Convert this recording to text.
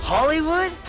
Hollywood